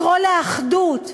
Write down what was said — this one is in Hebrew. לקרוא לאחדות,